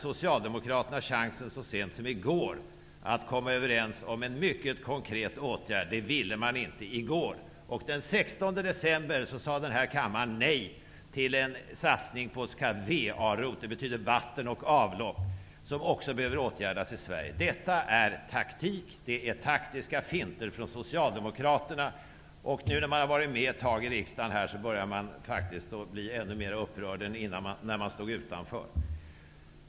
Socialdemokraterna hade chansen så sent som i går att komma överens om en mycket konkret åtgärd. Det ville man inte i går. Den 16 december sade den här kammaren nej till en satsning på s.k. VA-ROT -- det betyder vatten och avlopp --, som också behöver åtgärdas i Sverige. Detta är taktik. Det är taktiska finter från Socialdemokraterna. Nu när man har varit med ett tag i riksdagen börjar man faktiskt bli ännu mer upprörd än man var när man stod utanför.